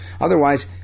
Otherwise